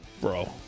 Bro